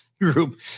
group